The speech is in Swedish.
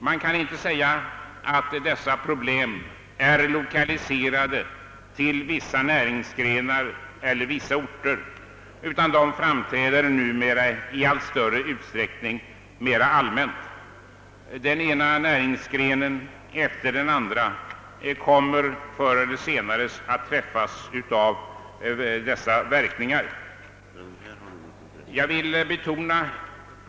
Man kan inte säga att dessa problem är lokaliserade till vissa näringsgrenar eller vissa orter, utan de framträder numera i allt större utsträckning mera allmänt. Den ena näringsgrenen efter den andra kommer för eller senare att träffas av dessa verkningar.